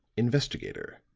investigator,